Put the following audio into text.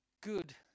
good